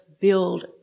build